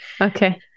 Okay